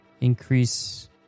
Increase